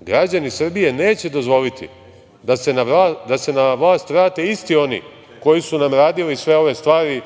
građani Srbije neće dozvoliti da se na vlast vrate isti oni koji su nam radili sve ove stvari